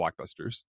blockbusters